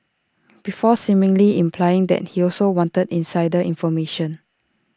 before seemingly implying that he also wanted insider information